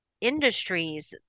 industries